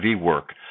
work